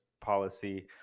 policy